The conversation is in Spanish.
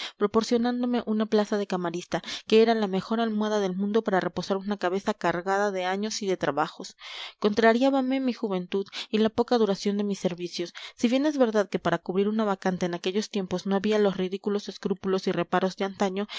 proporcionándome una plaza de camarista que era la mejor almohada del mundo para reposar una cabeza cargada de años y de trabajos contrariábame mi juventud y la poca duración de mis servicios si bien es verdad que para cubrir una vacante en aquellos tiempos no había los ridículos escrúpulos y reparos de antaño